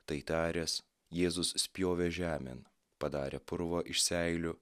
tai taręs jėzus spjovė žemėn padarė purvo iš seilių